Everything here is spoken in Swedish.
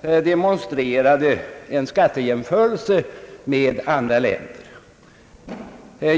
demonstrerade en skattejämförelse med andra länder.